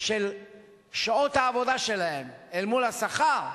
של שעות העבודה שלהם אל מול השכר,